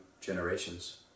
generations